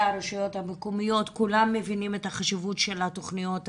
הרשויות המקומיות כולם מבינים את החשיבות של התוכניות האלו,